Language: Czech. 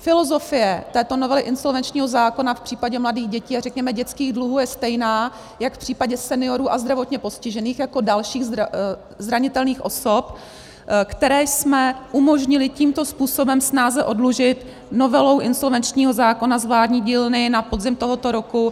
Filozofie této novely insolvenčního zákona v případě mladých dětí a řekněme dětských dluhů je stejná jak v případě seniorů a zdravotně postižených jako dalších zranitelných osob, které jsme umožnili tímto způsobem snáze oddlužit novelou insolvenčního zákona z vládní dílny na podzim tohoto roku.